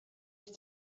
ich